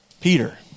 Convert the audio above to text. Peter